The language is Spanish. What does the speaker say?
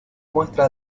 muestra